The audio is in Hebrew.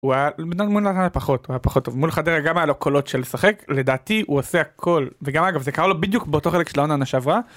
הוא היה מול רעננה פחות טוב, מול חדרה גם היה לו קולות של לשחק, לדעתי הוא עושה הכל, וגם אגב זה קרה לו בדיוק באותו חלק של העונה שעברה.